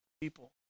people